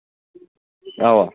اَوا